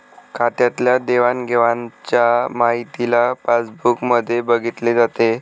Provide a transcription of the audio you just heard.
खात्यातल्या देवाणघेवाणच्या माहितीला पासबुक मध्ये बघितले जाते